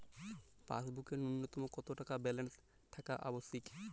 পাসবুকে ন্যুনতম কত টাকা ব্যালেন্স থাকা আবশ্যিক?